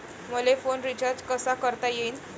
मले phone recharge कसा करता येईन?